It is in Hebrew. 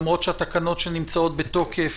למרות שהתקנות שנמצאות בתוקף,